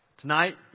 tonight